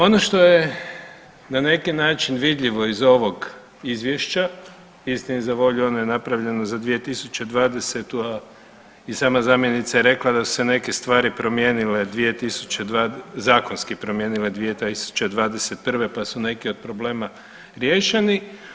Ono što je na neki način vidljivo iz ovog izvješća, istini za volju ono je napravljeno za 2020. a i sama zamjenica je rekla da su se neke stvari promijenile, zakonski promijenile 2021. pa su neki od problema riješeni.